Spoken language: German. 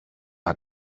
hat